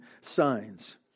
signs